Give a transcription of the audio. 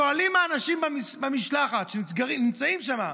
שואלים אנשים במשלחת שנמצאים שם: